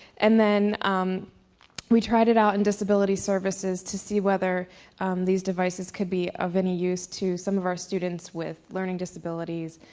and then we tried it out in disability services to see whether these devices could be of any use to some of our students with learning disabilities,